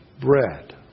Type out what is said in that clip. bread